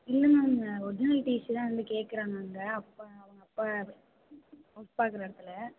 இல்லை ma'am original TC தான் வந்து கேக்கிறாங்க அங்கே அப்பா அவங்க அப்பா ஒர்க் பாக்கிற இடத்துல